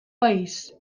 país